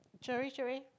throw this away